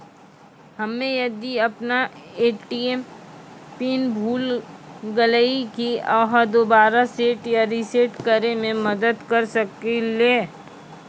हम्मे यदि अपन ए.टी.एम पिन भूल गलियै, की आहाँ दोबारा सेट या रिसेट करैमे मदद करऽ सकलियै?